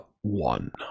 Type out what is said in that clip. one